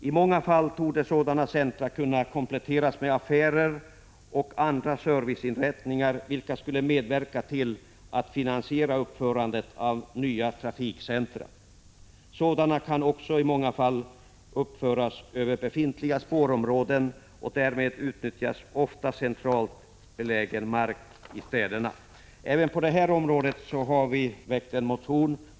I många fall torde sådana centra kunna kompletteras med affärer och andra serviceinrättningar, vilka skulle medverka till att finansiera uppförandet av nya trafikcentra. Sådana kan i många fall också uppföras över befintliga spårområden, och därmed utnyttjas oftast centralt belägen mark i städerna. Även i den här frågan har vi väckt en motion.